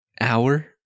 hour